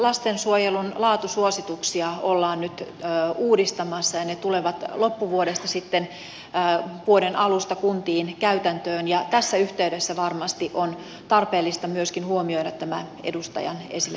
lastensuojelun laatusuosituksia ollaan nyt uudistamassa ja ne tulevat sitten loppuvuodesta vuoden alusta kuntiin käytäntöön ja tässä yhteydessä varmasti on tarpeellista myöskin huomioida tämä edustajan esille